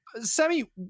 Sammy